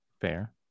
Fair